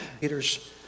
Peter's